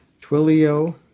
Twilio